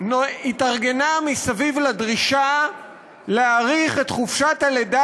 התארגנה סביב הדרישה להאריך את חופשת הלידה